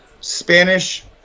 Spanish